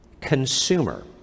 consumer